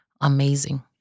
Amazing